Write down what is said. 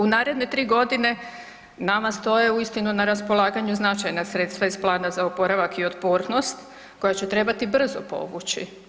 U naredne tri godine nama stoje uistinu na raspolaganju značajna sredstva iz Plana za oporavak i otpornost koja će trebati brzo povući.